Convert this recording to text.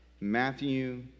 Matthew